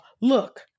Look